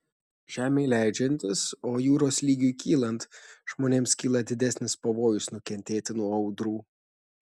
žemei leidžiantis o jūros lygiui kylant žmonėms kyla didesnis pavojus nukentėti nuo audrų